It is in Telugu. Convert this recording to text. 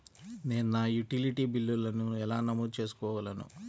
నేను నా యుటిలిటీ బిల్లులను ఎలా నమోదు చేసుకోగలను?